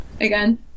again